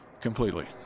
Completely